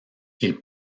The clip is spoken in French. ils